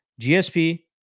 GSP